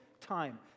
time